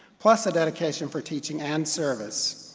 plus a dedication for teaching and service.